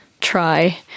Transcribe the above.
try